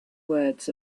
words